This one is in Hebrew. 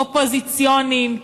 אופוזיציוניים.